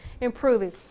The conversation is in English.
improving